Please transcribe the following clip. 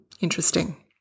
interesting